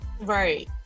Right